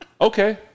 Okay